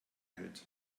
hält